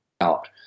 out